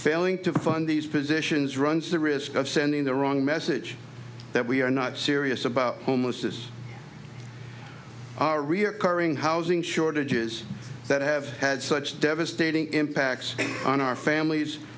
failing to fund these positions runs the risk of sending the wrong message that we are not serious about homelessness our reoccurring housing shortages that have had such devastating impacts on our families